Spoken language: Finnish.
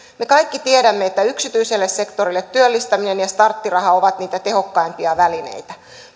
me kaikki tiedämme että yksityiselle sektorille työllistäminen ja starttiraha ovat niitä tehokkaimpia välineitä